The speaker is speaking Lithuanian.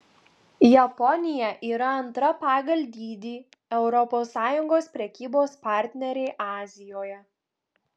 japonija yra antra pagal dydį europos sąjungos prekybos partnerė azijoje